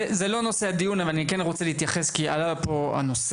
זה לא נושא הדיון אבל אני כן רוצה להתייחס כי עלה פה הנושא